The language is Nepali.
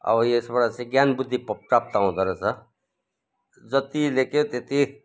अब यसबाट चाहिँ ज्ञान बुद्धि प्राप्त हुँदो रहेछ जति लेख्यो त्यति